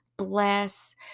bless